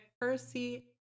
Percy